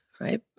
right